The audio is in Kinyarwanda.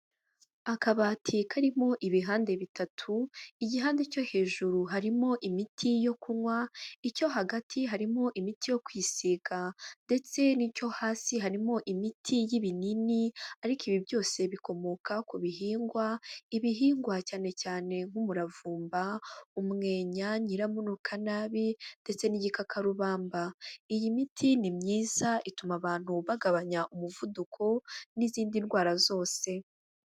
Akabati karimo ibihande bitatu, igihandi cyo hejuru harimo imiti yo kunywa, icyo hagati harimo imiti yo kwisiga ndetse n'icyo hasi harimo imiti y'ibinini ariko ibi byose bikomoka ku bihingwa, ibihingwa cyane cyane nk'umuravumba umwenya, nyiramunukanabi ndetse n'igikakarubamba. Iyi miti ni myiza ituma abantu bagabanya umuvuduko n'izindi ndwara zose.